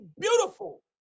beautiful